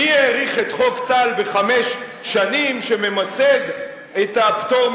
מי האריך בחמש שנים את חוק טל,